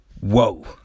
whoa